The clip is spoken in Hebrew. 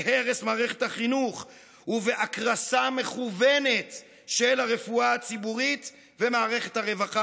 בהרס מערכת החינוך ובהקרסה מכוונת של הרפואה הציבורית ומערכת הרווחה,